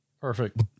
Perfect